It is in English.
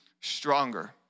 stronger